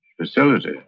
facility